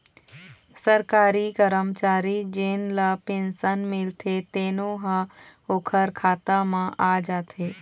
सरकारी करमचारी जेन ल पेंसन मिलथे तेनो ह ओखर खाता म आ जाथे